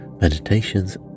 meditations